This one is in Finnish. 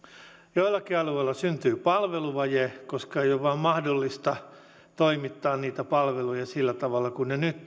joillakin alueilla syntyy palveluvaje koska ei ole vain mahdollista toimittaa niitä palveluja maakunnan kautta sillä tavalla kuin ne nyt